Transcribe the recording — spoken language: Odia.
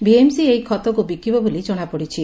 ବିଏମ୍ସି ଏହି ଖତକୁ ବିକିବ ବୋଲି କଶାପଡିଛି